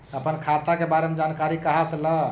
अपन खाता के बारे मे जानकारी कहा से ल?